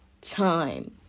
time